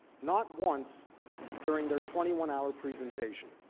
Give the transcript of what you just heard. not once during the twenty one hour presentation.